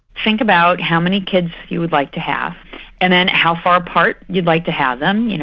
think about how many kids you would like to have and then how far apart you'd like to have them you know,